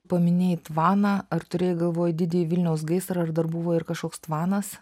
paminėjai tvaną ar turėjai galvoj didįjį vilniaus gaisrą ar dar buvo ir kažkoks tvanas